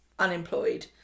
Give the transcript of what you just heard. unemployed